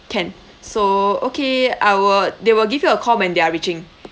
can so okay I will they will give you a call when they are reaching